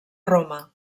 roma